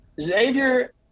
Xavier